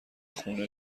خونه